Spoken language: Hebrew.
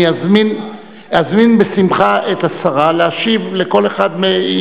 אזמין בשמחה את השרה להשיב לכל אחד.